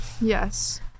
Yes